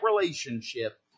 relationship